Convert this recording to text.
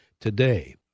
today